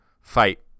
fight